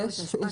אשפה,